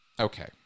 Okay